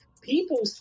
people